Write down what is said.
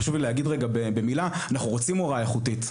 חשוב לי להגיד בקצרה: אנחנו רוצים הוראה איכותית.